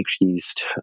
increased